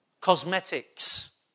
Cosmetics